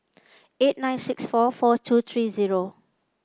eight nine six four four two three zero